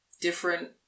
different